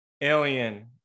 alien